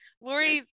Lori